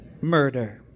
murder